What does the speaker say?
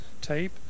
tape